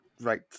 right